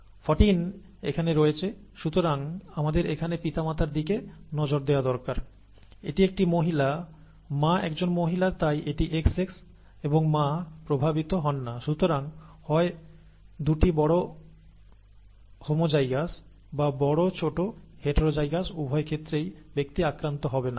14 এখানে রয়েছে সুতরাং আমাদের এখানে পিতামাতার দিকে নজর দেওয়া দরকার এটি একটি মহিলা মা একজন মহিলা তাই এটি XX এবং মা প্রভাবিত হন না সুতরাং হয় দুটি বড় হোমোজাইগাস বা বড় ছোট হেটারোজাইগাস উভয় ক্ষেত্রেই ব্যক্তি আক্রান্ত হবে না